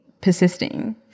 persisting